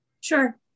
Sure